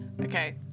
Okay